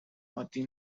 عادی